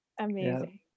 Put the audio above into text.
Amazing